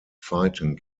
fighting